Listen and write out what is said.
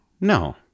No